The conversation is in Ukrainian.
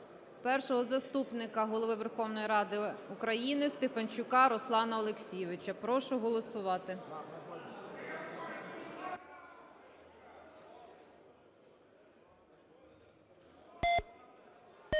Першого заступника Голови Верховної Ради України Стефанчука Руслана Олексійовича. Прошу голосувати.